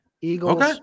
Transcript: Eagles